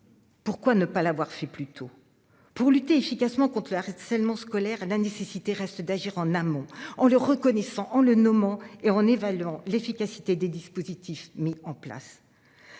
Pourquoi ne pas l'avoir fait plus tôt. Pour lutter efficacement contre le harcèlement scolaire la nécessité reste d'agir en amont en leur reconnaissant en le nommant et en évaluant l'efficacité des dispositifs mis en place.